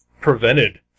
prevented